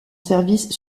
service